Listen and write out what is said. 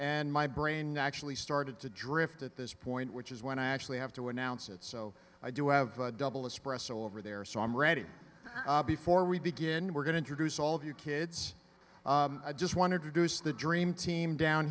and my brain actually started to drift at this point which is when i actually have to announce it so i do have a double espresso over there so i'm ready abi for we begin we're going to reduce all your kids i just wanted reduce the dream team down